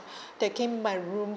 taking my room